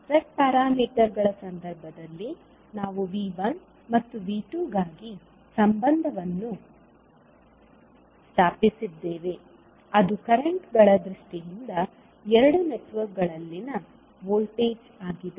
Z ಪ್ಯಾರಾಮೀಟರ್ಗಳ ಸಂದರ್ಭದಲ್ಲಿ ನಾವು V1 ಮತ್ತು V2ಗಾಗಿ ಸಂಬಂಧವನ್ನು ಸ್ಥಾಪಿಸಿದ್ದೇವೆ ಅದು ಕರೆಂಟ್ಗಳ ದೃಷ್ಟಿಯಿಂದ ಎರಡು ನೆಟ್ವರ್ಕ್ಗಳಲ್ಲಿನ ವೋಲ್ಟೇಜ್ ಆಗಿದೆ